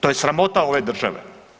To je sramota ove države.